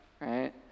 Right